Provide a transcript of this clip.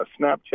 Snapchat